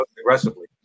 aggressively